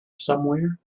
somewhere